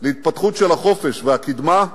להתפתחות של החופש והקדמה,